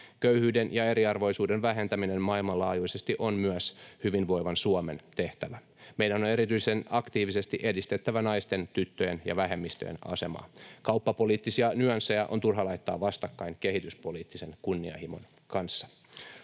Köyhyyden ja eriarvoisuuden vähentäminen maailmanlaajuisesti on myös hyvinvoivan Suomen tehtävä. Meidän on erityisen aktiivisesti edistettävä naisten, tyttöjen ja vähemmistöjen asemaa. Kauppapoliittisia nyansseja on turha laittaa vastakkain kehityspoliittisen kunnianhimon kanssa.